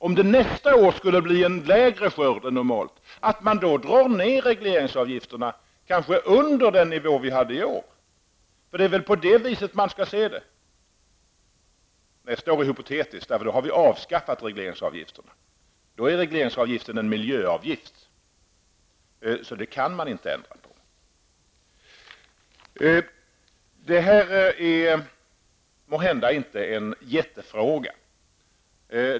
Om det nästa år skulle bli en mindre skörd än normalt, kan vi då förvänta oss att man drar ner regleringsavgifterna, kanske under den nivå som vi har i år? För det är väl på det viset man skall se det hela? Men det här är mest hypotetiskt, för då har vi avskaffat regleringsavgifterna. Då är regleringsavgiften en miljöavgift som det inte går att ändra på. Det här är måhända inte någon jättefråga.